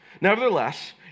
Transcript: Nevertheless